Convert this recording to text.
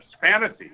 fantasy